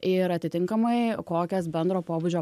ir atitinkamai kokias bendro pobūdžio paslaugas